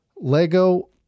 Lego